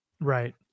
Right